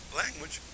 language